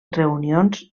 reunions